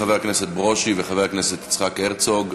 חבר הכנסת ברושי וחבר הכנסת יצחק הרצוג,